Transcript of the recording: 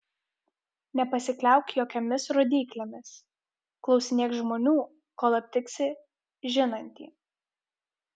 nepasikliauk jokiomis rodyklėmis klausinėk žmonių kol aptiksi žinantį